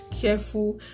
careful